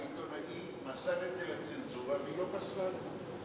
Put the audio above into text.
העיתונאי מסר את זה לצנזורה והיא לא פסלה את זה,